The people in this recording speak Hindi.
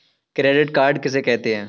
क्रेडिट कार्ड किसे कहते हैं?